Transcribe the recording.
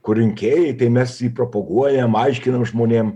kur rinkėjai tai mes jį propaguojam aiškinam žmonėm